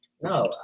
No